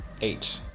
Eight